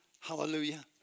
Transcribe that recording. Hallelujah